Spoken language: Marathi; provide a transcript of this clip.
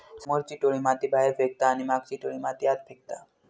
समोरची टोळी माती बाहेर फेकता आणि मागची टोळी माती आत फेकता